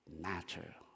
matter